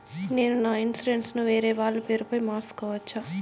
నేను నా ఇన్సూరెన్సు ను వేరేవాళ్ల పేరుపై మార్సుకోవచ్చా?